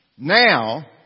Now